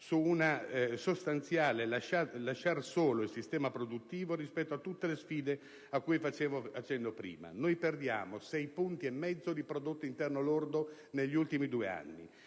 sulla sostanziale tendenza a lasciar solo il sistema produttivo rispetto a tutte le sfide cui facevo cenno prima. Perdiamo sei punti e mezzo di prodotto interno lordo negli ultimi due anni.